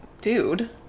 dude